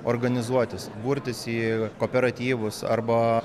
organizuotis burtis į kooperatyvus arba